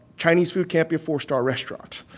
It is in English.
chinese food can't be a four-star restaurant,